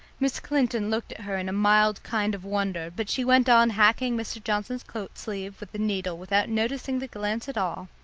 miss clinton looked at her in a mild kind of wonder, but she went on hacking mr. johnson's coat-sleeve with the needle without noticing the glance at all.